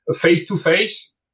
face-to-face